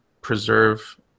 preserve